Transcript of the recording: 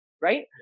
right